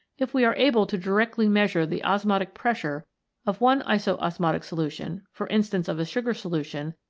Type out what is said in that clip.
if we are able to directly measure the osmotic pressure of one isosmotic solution, for instance, of a sugar solution,